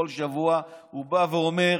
כל שבוע הוא בא ואומר,